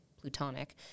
plutonic